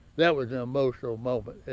that was an emotional moment,